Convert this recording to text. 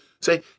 say